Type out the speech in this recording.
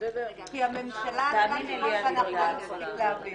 כי הממשלה עלולה ליפול ואנחנו לא נספיק להעביר.